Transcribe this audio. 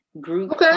group